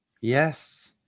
Yes